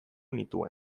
nituen